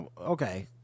Okay